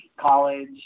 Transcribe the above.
college